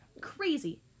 Crazy